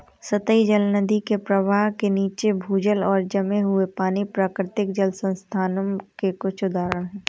सतही जल, नदी के प्रवाह के नीचे, भूजल और जमे हुए पानी, प्राकृतिक जल संसाधनों के कुछ उदाहरण हैं